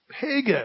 pagan